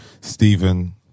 Stephen